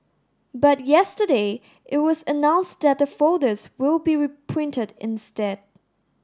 but yesterday it was announced that the folders will be reprinted instead